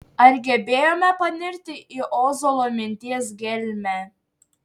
ar gebėjome panirti į ozolo minties gelmę